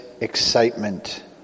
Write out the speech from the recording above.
excitement